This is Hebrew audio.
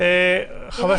שהוא היה